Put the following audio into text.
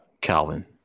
Calvin